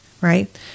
right